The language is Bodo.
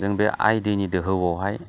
जों बे आइ दैनि दोहौआवहाय